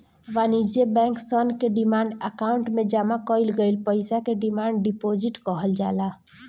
वाणिज्य बैंक सन के डिमांड अकाउंट में जामा कईल गईल पईसा के डिमांड डिपॉजिट कहल जाला